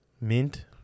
Mint